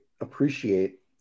appreciate